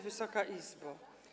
Wysoka Izbo!